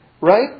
Right